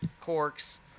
corks